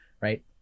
right